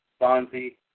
Bonzi